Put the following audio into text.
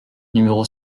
numéro